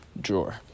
drawer